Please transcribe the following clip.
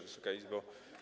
Wysoka Izbo!